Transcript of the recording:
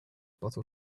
bottle